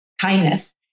kindness